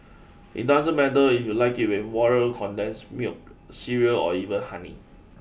it doesn't matter if you like it with water condensed milk cereal or even honey